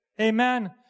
amen